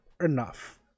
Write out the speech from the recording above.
enough